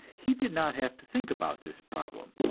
he did not have to think about this problem.